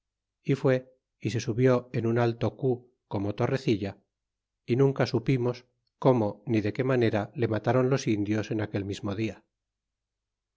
y fué y se subió en un alto cu como torrecilla y nunca supimos cómo ni de qué manera le matron indios en aquel mismo dia